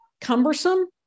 cumbersome